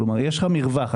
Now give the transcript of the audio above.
כלומר יש לך מרווח,